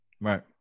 Right